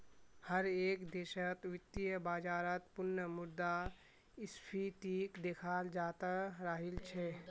हर एक देशत वित्तीय बाजारत पुनः मुद्रा स्फीतीक देखाल जातअ राहिल छे